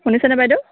শুনিছেনে বাইদেউ